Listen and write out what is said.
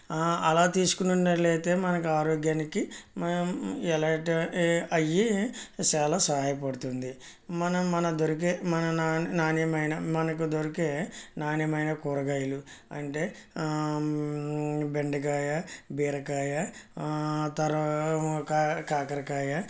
అలా తీసుకొని ఉండేటట్టు అయితే మనకు ఆరోగ్యానికి మనం ఎలా అయితే అవి చాలా సహాయపడుతుంది మనం మన దొరికే మన నా నాణ్యమైన మనకు దొరికే నాణ్యమైన కూరగాయలు అంటే బెండకాయ బీరకాయ తర్వాత కా కాకరకాయ